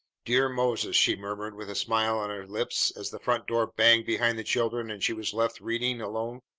dear moses! she murmured with a smile on her lips as the front door banged behind the children and she was left reading alone.